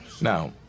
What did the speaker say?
now